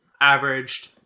averaged